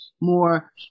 more